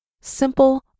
Simple